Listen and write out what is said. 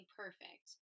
perfect